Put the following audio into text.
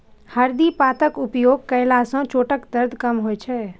हरदि पातक उपयोग कयला सं चोटक दर्द कम होइ छै